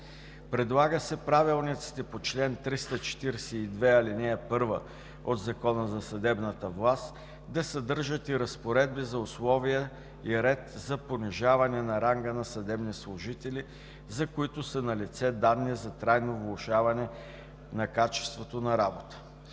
Предлага се правилниците по чл. 342 ал. 1 от Закона за съдебната власт да съдържат и разпоредби за условия и ред за понижаване на ранга на съдебни служители, за които са налице данни за трайно влошаване на качеството на работата.